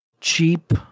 Cheap